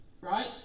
Right